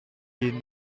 did